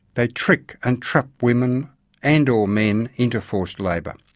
they trick and trap women and or men into forced labour.